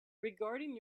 regarding